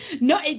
No